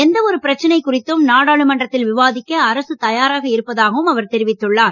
எந்தவொரு பிரச்னை குறித்தும் நாடாளுமன்றத்தில் விவாதிக்க அரசு தயாராக இருப்பதாகவும் அவர் தெரிவித்துள்ளார்